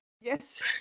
yes